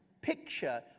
picture